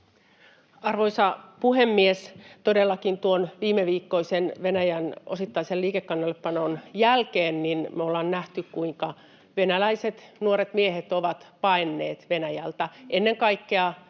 Todellakin tuon viimeviikkoisen Venäjän osittaisen liikekannallepanon jälkeen me ollaan nähty, kuinka venäläiset nuoret miehet ovat paenneet Venäjältä ennen kaikkea